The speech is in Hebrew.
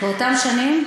באותן שנים,